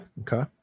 Okay